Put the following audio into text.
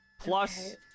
plus